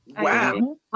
wow